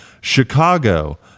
Chicago